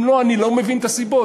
אם לא, אני לא מבין את הסיבות.